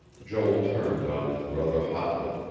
joel turned on his brother hotly.